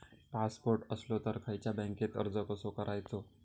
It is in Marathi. पासपोर्ट असलो तर खयच्या बँकेत अर्ज कसो करायचो?